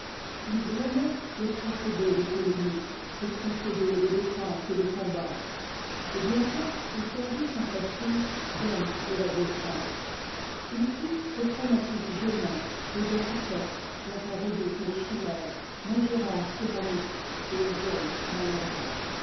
il blâmait les procédés de polémique les procédés de défense et de combat et bientôt il perdit son prestige d homme de la vieille france il fut le jeune don quichotte dont on redoute les chimères l'ingérence tyrannique et le zèle maladroit